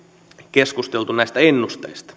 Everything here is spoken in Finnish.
keskusteltu näistä ennusteista